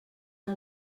que